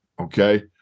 okay